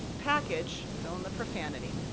package. fill in the profanity.